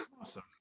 awesome